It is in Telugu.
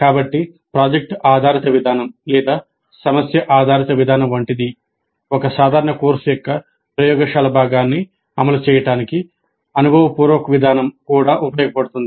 కాబట్టి ప్రాజెక్ట్ ఆధారిత విధానం లేదా సమస్య ఆధారిత విధానం వంటిది ఒక సాధారణ కోర్సు యొక్క ప్రయోగశాల భాగాన్ని అమలు చేయడానికి అనుభవపూర్వక విధానం కూడా ఉపయోగపడుతుంది